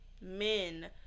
men